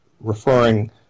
referring